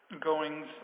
goings